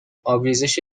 آبریزش